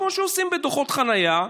כמו שעושים בדוחות חניה,